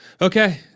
Okay